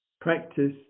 practice